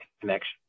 connection